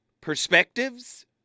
perspectives